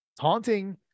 taunting